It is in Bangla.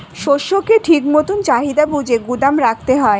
শস্যকে ঠিক মতন চাহিদা বুঝে গুদাম রাখতে হয়